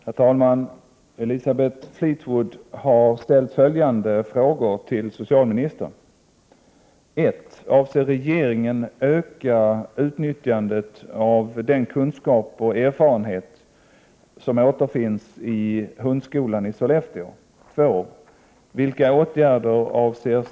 Herr talman! Elisabeth Fleetwood har ställt följande frågor till socialministern. 1. Avser regeringen öka utnyttjandet av den kunskap och erfarenhet som återfinns i hundskolan i Sollefteå? 3.